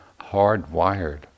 hardwired